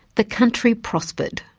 the country prospered.